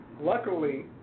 luckily